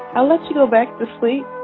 i'll let you go back to sleep